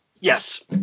Yes